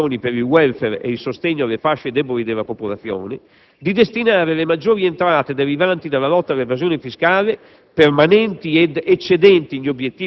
in un quadro coerente di più generali azioni per il *welfare* e il sostegno alle fasce deboli della popolazione, di destinare le maggiori entrate derivanti dalla lotta alla evasione fiscale,